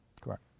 Correct